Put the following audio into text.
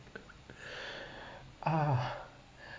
uh